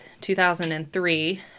2003